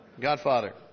Godfather